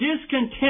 discontent